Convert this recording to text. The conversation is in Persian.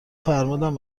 فرمودن